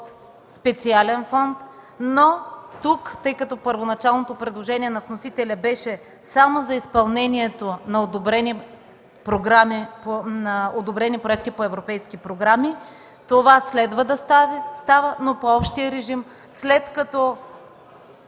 специален фонд. Тъй като първоначалното предложение на вносителя беше само за изпълнението на одобрени проекти по европейски програми, това следва да става, но по общия режим, след като